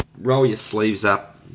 roll-your-sleeves-up